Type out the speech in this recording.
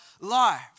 life